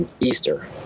Easter